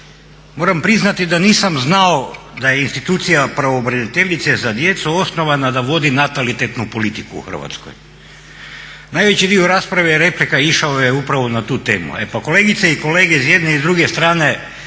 moram priznati da nisam znao da je institucija pravobraniteljice za djecu osnovana da vodi natalitetnu politiku u Hrvatskoj. Najveći dio rasprave i replika je išao upravo na tu temu. E pa kolegice i kolege i s jedne i s druge strane